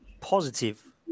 positive